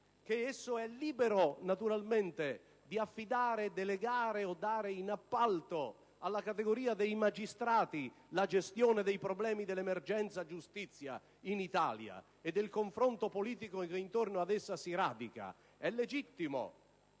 che essi sono liberi naturalmente di affidare, delegare o dare in appalto alla categoria dei magistrati la gestione dei problemi dell'emergenza giustizia in Italia e del confronto politico che intorno ad essa si radica; è legittimo.